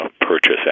purchase